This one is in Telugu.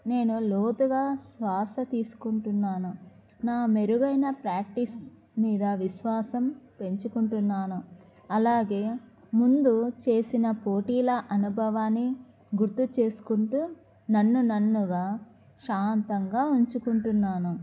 నేను లోతుగా శ్వాస తీసుకుంటున్నాను నా మెరుగైన ప్రాక్టీస్ మీద విశ్వాసం పెంచుకుంటున్నాను అలాగే ముందు చేసిన పోటీల అనుభవాన్ని గుర్తు చేసుకుంటూ నన్ను నన్నుగా శాంతంగా ఉంచుకుంటున్నాను